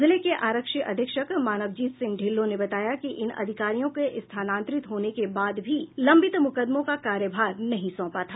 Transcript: जिले के आरक्षी अधीक्षक मानवजीत सिंह ढिल्लो ने बताया कि इन अधिकारियों के स्थानांतरित होने के बाद भी लंबित मुकादमों का कार्यभार नहीं सौंपा था